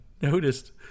noticed